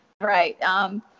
right